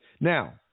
now